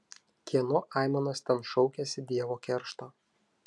kieno aimanos ten šaukiasi dievo keršto